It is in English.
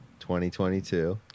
2022